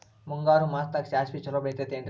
ಮುಂಗಾರು ಮಾಸದಾಗ ಸಾಸ್ವಿ ಛಲೋ ಬೆಳಿತೈತೇನ್ರಿ?